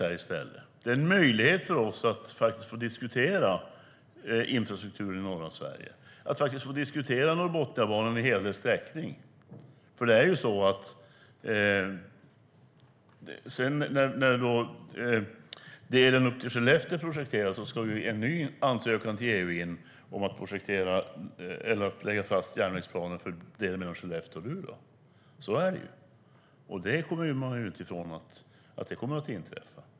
Det här ger oss möjlighet att diskutera infrastrukturen i norra Sverige, att få diskutera Norrbotniabanans hela sträckning. När sträckan upp till Skellefteå har projekterats ska en ny ansökan till EU in om att lägga fast järnvägsplaner för sträckan mellan Skellefteå och Luleå. Så är det.